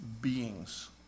beings